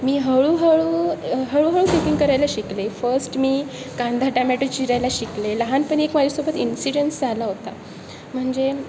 मी हळूहळू हळूहळू कुकिंग करायला शिकले फस्ट मी कांदा टामॅटो चिरायला शिकले लहानपणी एक माझ्यासोबत इन्सिडंस झाला होता म्हणजे